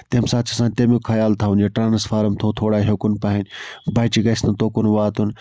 تَمہِ ساتہٕ چھُ آسان تَمیُک خیال تھاوُن یہِ ٹانَسفارمَر تھاو تھوڑا ہُکُن پَہنَتھ بَچہٕ گژھِ نہٕ تُکُن واتُن